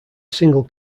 single